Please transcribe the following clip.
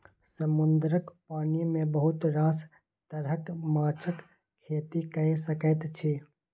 समुद्रक पानि मे बहुत रास तरहक माछक खेती कए सकैत छी